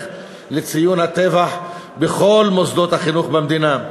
לציון הטבח בכל מוסדות החינוך במדינה.